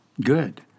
Good